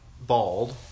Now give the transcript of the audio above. bald